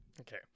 Okay